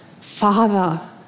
Father